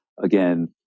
again